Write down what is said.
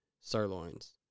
sirloins